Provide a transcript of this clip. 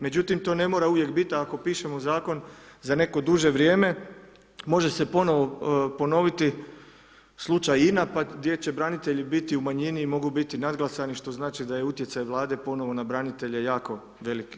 Međutim, to ne mora uvijek biti, ako pišemo zakon za neko duže vrijeme može se ponovo ponoviti slučaj INA gdje će branitelji biti u manjini i mogu biti nadglasani što znači da je utjecaj Vlade ponovo na branitelja jako velik.